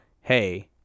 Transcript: hey